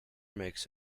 makes